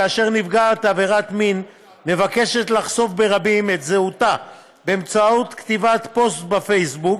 כאשר נפגעת עבירת מין מבקשת לחשוף ברבים את זהותה בכתיבת פוסט בפייסבוק,